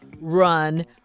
Run